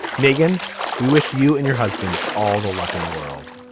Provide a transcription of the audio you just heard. megan we wish you and your husband all the luck in the world.